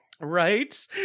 right